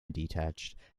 detached